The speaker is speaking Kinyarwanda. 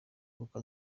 kuko